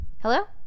hello